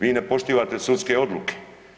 Vi ne poštivate sudske odluke.